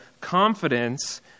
confidence